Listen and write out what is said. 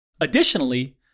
Additionally